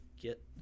get